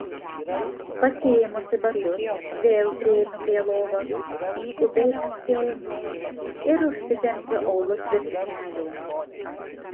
pasiėmusi batus vėl prieinu prie lovos skubiai apsiaunu ir užsitempiu aulus virš kelių